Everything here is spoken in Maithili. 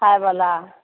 खाएबला